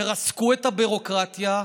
תרסקו את הביורוקרטיה,